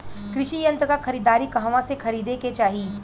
कृषि यंत्र क खरीदारी कहवा से खरीदे के चाही?